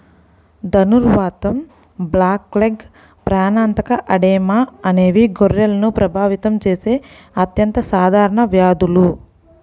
ధనుర్వాతం, బ్లాక్లెగ్, ప్రాణాంతక ఎడెమా అనేవి గొర్రెలను ప్రభావితం చేసే అత్యంత సాధారణ వ్యాధులు